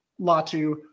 Latu